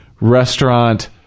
restaurant